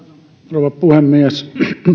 rouva puhemies edustaja